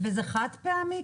זה חד-פעמי?